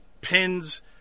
pins